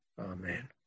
Amen